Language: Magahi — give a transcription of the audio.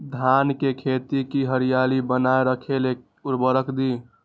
धान के खेती की हरियाली बनाय रख लेल उवर्रक दी?